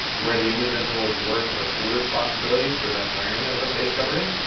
where the individual's work or school responsibilities prevent wearing of a face covering.